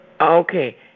Okay